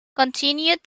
continued